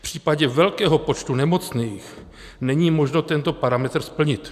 V případě velkého počtu nemocných, není možno tento parametr splnit.